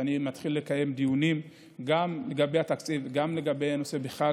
ואני מתחיל לקיים דיונים גם לגבי התקציב וגם לגבי הנושא בכלל,